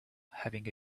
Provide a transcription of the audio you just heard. having